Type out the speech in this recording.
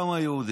העם היהודי,